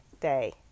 day